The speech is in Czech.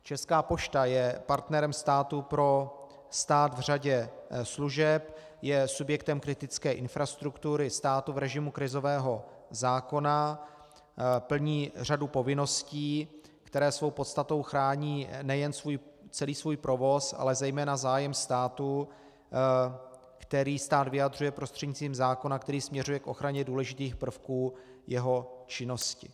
Česká pošta je partnerem státu pro stát v řadě služeb, je subjektem kritické infrastruktury státu v režimu krizového zákona, plní řadu povinností, které svou podstatou chrání nejen celý svůj provoz, ale zejména zájem státu, který stát vyjadřuje prostřednictvím zákona, který směřuje k ochraně důležitých prvků jeho činnosti.